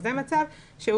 זה מצב שהוא